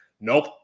nope